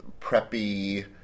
preppy